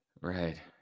right